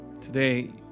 Today